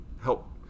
help